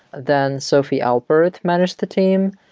then sophie alpert managed the team.